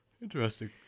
Interesting